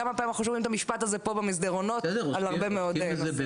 כמה פעמים אנחנו שומעים את המשפט הזה במסדרונות על הרבה מאוד נושאים.